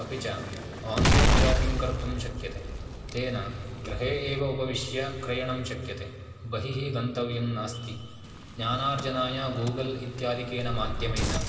अपि च online shopping कर्तुं शक्यते तेन गृहे एव उपविष्य क्रयणं शक्यते बहिः गन्तव्यं नास्ति ज्ञानार्जनाय गूगल् इत्यादिकेन माध्यमेन